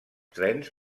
trens